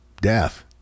death